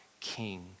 king